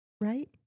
right